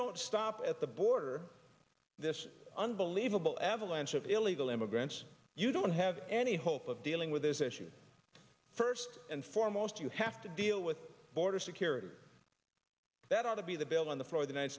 don't stop at the border this unbelievable avalanche of illegal immigrants you don't have any hope of dealing with this issue first and foremost you have to deal with border security that ought to be the bill on the f